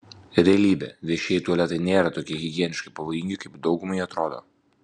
realybė viešieji tualetai nėra tokie higieniškai pavojingi kaip daugumai atrodo